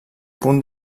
punt